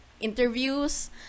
interviews